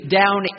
down